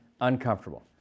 uncomfortable